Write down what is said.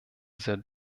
sehr